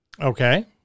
Okay